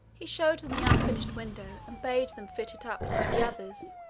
he showed them the unfinished window, and bade them fit it up like the others.